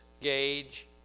gauge